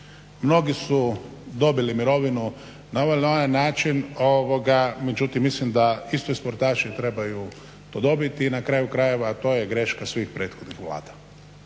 Mnogi su dobili mirovinu na ovaj ili onaj način međutim mislim da i sportaši trebaju to dobiti i na kraju krajeve to je greška svih prethodnih vlada